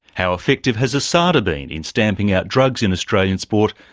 how effective has asada been in stamping out drugs in australian sport,